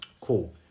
Cool